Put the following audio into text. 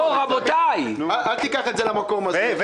אל תיקח את זה למקום הזה,